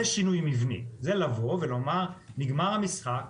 זה שינוי מבני, זה לומר נגמר המשחק,